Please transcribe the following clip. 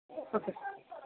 okay sir